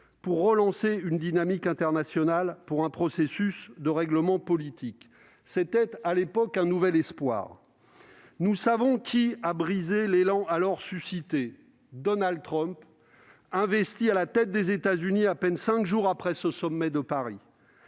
pour relancer une dynamique internationale en faveur d'un processus de règlement politique. C'était, à l'époque, un nouvel espoir. Nous savons qui a brisé l'élan alors suscité : Donald Trump, investi à la tête des États-Unis à peine cinq jours après ce sommet de Paris.